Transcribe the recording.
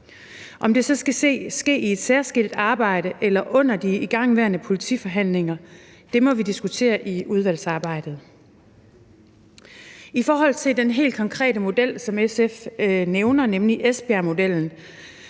Om det så skal ske i et særskilt arbejde eller under de igangværende politiforhandlinger, må vi diskutere i udvalgsarbejdet. I forhold til den helt konkrete model, som SF nævner, nemlig Esbjergmodellen,